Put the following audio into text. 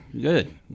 good